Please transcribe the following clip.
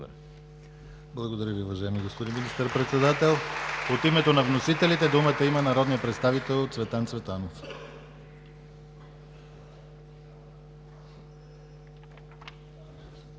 Благодаря Ви, уважаеми господин Министър-председател. От името на вносителите думата има народният представител Цветан Цветанов.